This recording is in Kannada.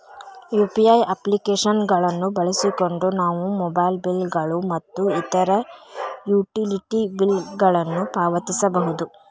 ಯು.ಪಿ.ಐ ಅಪ್ಲಿಕೇಶನ್ ಗಳನ್ನು ಬಳಸಿಕೊಂಡು ನಾವು ಮೊಬೈಲ್ ಬಿಲ್ ಗಳು ಮತ್ತು ಇತರ ಯುಟಿಲಿಟಿ ಬಿಲ್ ಗಳನ್ನು ಪಾವತಿಸಬಹುದು